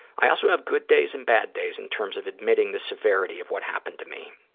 i also have good days and bad days in terms of admitting the severity of what happened to me.